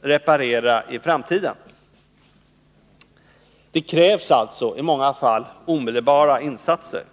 reparera i framtiden. Det krävs alltså i många fall omedelbara insatser.